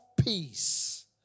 peace